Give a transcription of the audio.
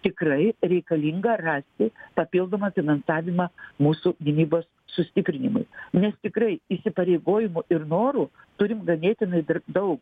tikrai reikalinga rasti papildomą finansavimą mūsų gynybos sustiprinimui nes tikrai įsipareigojimų ir norų turim ganėtinai dar daug